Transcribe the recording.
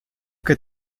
que